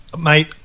Mate